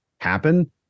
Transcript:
happen